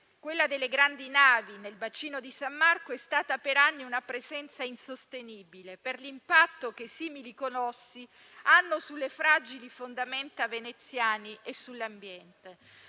Quella delle grandi navi nel bacino di San Marco è stata per anni una presenza insostenibile per l'impatto che simili colossi hanno sulle fragili fondamenta veneziane e sull'ambiente.